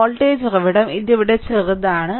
voltage ഉറവിടം ഇത് ഇവിടെ ചെറുതാണ്